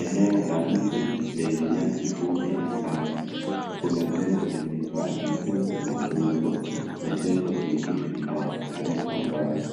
Eneo la nje, lenye nyasi fupi na safi. Kuna jengo lenye paa jekundu na nguzo na jengo jingine linaonekana kwa mbali.